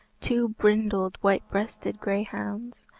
two brindled, white-breasted greyhounds,